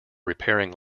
repairing